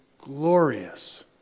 glorious